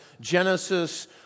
Genesis